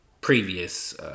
previous